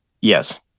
yes